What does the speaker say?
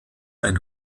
ein